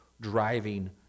driving